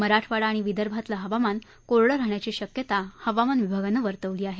मराठवाडा आणि विदर्भातलं हवामान कोरडं राहण्याची शक्यता हवामान विभागानं वर्तवली आहे